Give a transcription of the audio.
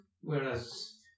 whereas